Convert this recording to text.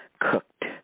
cooked